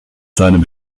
seinem